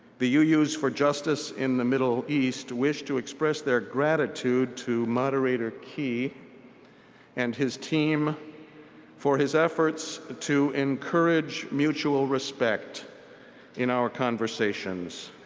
the uu's for justice in the middle east wish to express their gratitude to moderator key and his team for his efforts to encourage mutual respect in our conversations.